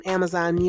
Amazon